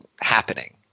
happening